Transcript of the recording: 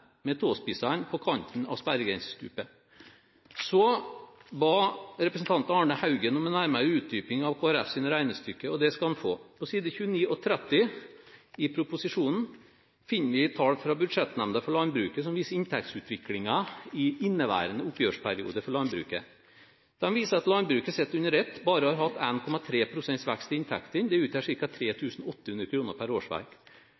med tåspissene på kanten av sperregrensestupet. Representanten Arne L. Haugen ba om en nærmere utdyping av Kristelig Folkepartis regnestykker, og det skal han få. På side 29 og 30 i proposisjonen finner vi tall fra Budsjettnemnda for jordbruket som viser inntektsutviklingen i inneværende oppgjørsperiode i landbruket. De viser at landbruket sett under ett bare har hatt 1,3 pst. vekst i inntektene. Dette utgjør ca. 3 800 kr per årsverk. Og når det